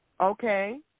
Okay